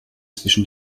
zwischen